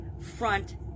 front